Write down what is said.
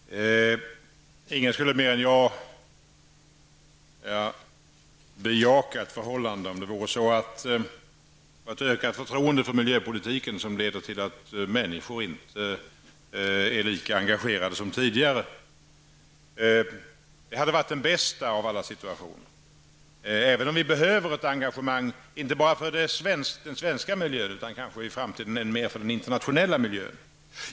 Herr talman! Ingen skulle mer än jag bejaka ett förhållande där ett ökat förtroende för miljöpolitiken leder till att människor inte är lika engagerade som tidigare. Det hade varit den bästa av alla situationer, även om vi behöver ett engagemang inte bara för den svenska miljön, utan kanske än mer för den internationella miljön i framtiden.